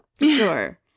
Sure